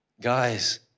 guys